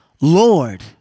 Lord